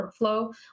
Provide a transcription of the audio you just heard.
workflow